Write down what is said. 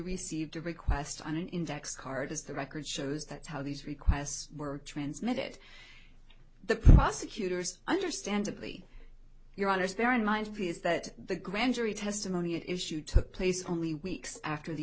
received a request on an index card as the record shows that's how these requests were transmitted the prosecutors understandably you're honest bear in mind piers that the grand jury testimony at issue took place only weeks after the